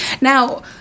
Now